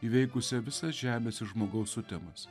įveikusia visas žemės ir žmogaus sutemas